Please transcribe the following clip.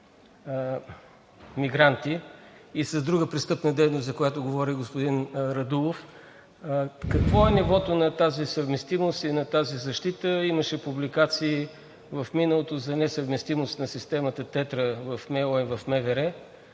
мигранти и с друга престъпна дейност, за която говори господин Радулов: какво е нивото на тази съвместимост и на тази защита? Имаше публикации в миналото за несъвместимост на системата TETRA в Министерството